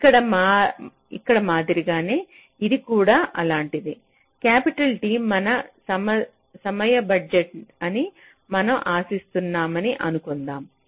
ఇక్కడ మాదిరిగానే ఇది కూడా అలాంటిదే T మన సమయ బడ్జెట్ అని మనం ఆశిస్తున్నామని అనుకొందాం